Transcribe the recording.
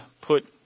put